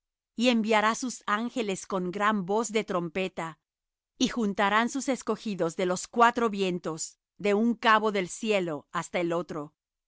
y enviará sus ángeles con gran voz de trompeta y juntarán sus escogidos de los cuatro vientos de un cabo del cielo hasta el otro